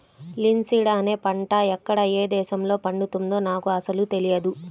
linseed అనే పంట ఎక్కడ ఏ దేశంలో పండుతుందో నాకు అసలు తెలియదు